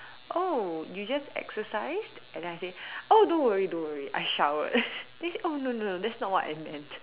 oh you just exercised and then I say oh don't worry don't worry I showered then he said oh no no no that's not what I meant